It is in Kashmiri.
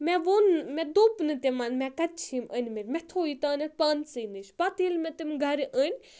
مےٚ ووٚن مےٚ دوٚپ نہٕ تِمَن مےٚ کَتہِ چھِ یِم أنۍ مٕتۍ مےٚ تھو یہِ تانؠتھ پانسٕے نِش پَتہٕ ییٚلہِ مےٚ تِم گَرٕ أنۍ